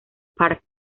park